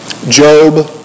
Job